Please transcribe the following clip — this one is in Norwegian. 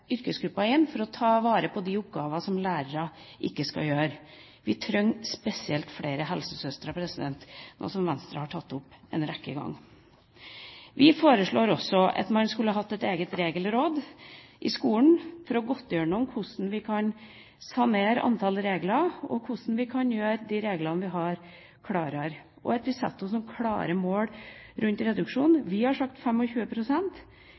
for å ta vare på de oppgavene som lærere ikke skal gjøre. Spesielt trenger vi flere helsesøstre, noe som Venstre har tatt opp en rekke ganger. Vi foreslår også et eget regelråd i skolen for å gå gjennom hvordan vi kan sanere antall regler og hvordan vi kan gjøre de reglene vi har, klarere, og at vi setter oss noen klare mål rundt